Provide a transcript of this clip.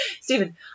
Stephen